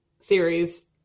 series